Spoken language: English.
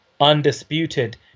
undisputed